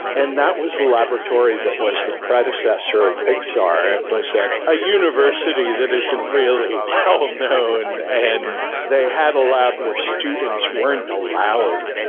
and that was a laboratory that was the predecessor of pixar. it was at a university that isn't really well-known, and they had a lab where students weren't allowed,